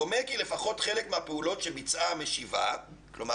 דומה כי לפחות חלק מהפעולות שביצעה המשיבה (כלומר